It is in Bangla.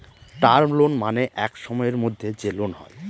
টার্ম লোন মানে এক সময়ের মধ্যে যে লোন হয়